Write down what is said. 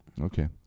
Okay